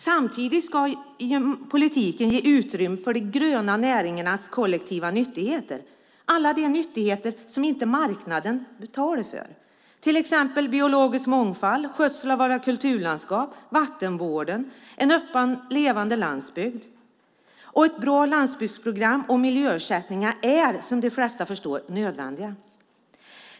Samtidigt ska politiken ge utrymme för de gröna näringarnas kollektiva nyttigheter, alla de nyttigheter som "marknaden" inte betalar för, till exempel den biologiska mångfalden, skötseln av våra kulturlandskap, vattenvården och en öppen levande landsbygd. Ett bra landsbygdsprogram och miljöersättningar är som de flesta förstår nödvändiga.